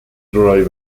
river